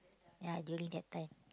ya during that time